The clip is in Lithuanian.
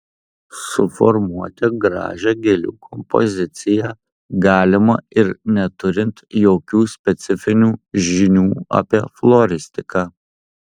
suformuoti gražią gėlių kompoziciją galima ir neturint jokių specifinių žinių apie floristiką